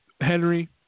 Henry